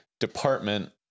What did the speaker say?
department